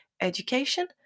education